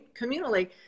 communally